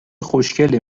خوشکله